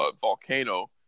volcano